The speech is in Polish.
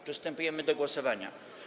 Przystępujemy do głosowania.